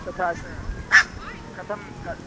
तथा च कथं क